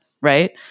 right